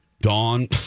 Dawn